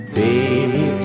baby